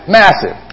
massive